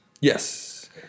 Yes